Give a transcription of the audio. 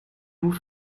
vous